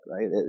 right